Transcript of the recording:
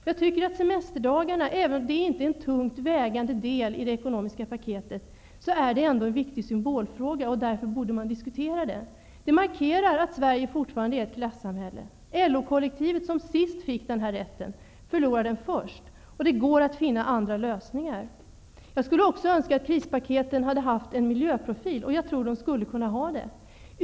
Jag tycker att semesterdagarna, även om de inte är en tungt vägande del i det ekonomiska paketet, ändå är en viktig symbolfråga. Därför borde man diskutera den. Denna fråga markerarar att Sverige fortfarande är ett klassamhälle. LO-kollektivet som sist av alla fick dessa extra semesterdagar förlorar dem först. Men det går att finna andra lösningar. Jag skulle också önska att krispaketen hade haft en miljöprofil, och jag tror att de skulle ha kunnat ha det.